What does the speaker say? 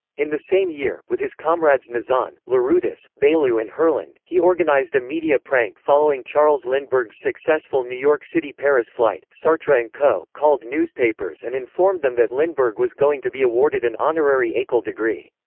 in the same year, with his comrades nizan, larroutis, baillou and herland, he organized a media prank following charles lindbergh's successful new york city-paris flight sartre and co. called newspapers and informed them that lindbergh was going to be awarded an honorary ecole degree.